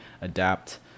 adapt